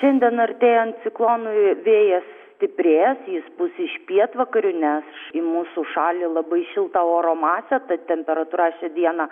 šiandien artėjant ciklonui vėjas stiprės jis bus iš pietvakarių nes į mūsų šalį labai šilta oro masė tad temperatūra šią dieną